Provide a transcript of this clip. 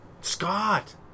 Scott